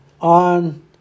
on